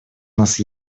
нас